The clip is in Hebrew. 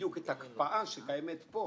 בדיוק את ההקפאה שקיימת פה?